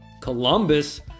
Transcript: Columbus